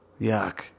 yuck